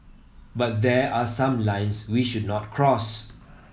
but there are some lines we should not cross